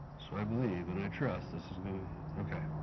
so i believe and i trust this is going to okay.